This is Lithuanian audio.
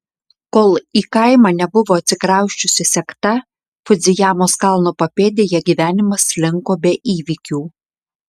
kol į kaimą nebuvo atsikrausčiusi sekta fudzijamos kalno papėdėje gyvenimas slinko be įvykių